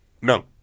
No